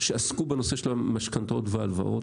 שעסקו בנושא של משכנתאות והלוואות.